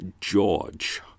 George